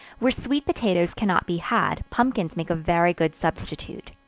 where sweet potatoes cannot be had, pumpkins make a very good substitute.